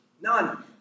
None